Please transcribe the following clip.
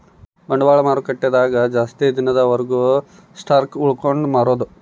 ಬಂಡವಾಳ ಮಾರುಕಟ್ಟೆ ದಾಗ ಜಾಸ್ತಿ ದಿನದ ವರ್ಗು ಸ್ಟಾಕ್ಷ್ ಉಳ್ಸ್ಕೊಂಡ್ ಮಾರೊದು